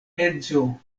edzo